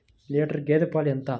Litre గేదె పాలు ఎంత?